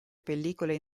pellicole